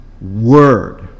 word